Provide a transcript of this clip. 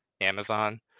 Amazon